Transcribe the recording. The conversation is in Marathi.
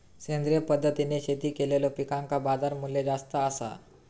सेंद्रिय पद्धतीने शेती केलेलो पिकांका बाजारमूल्य जास्त आसा